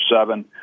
seven